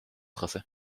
tracé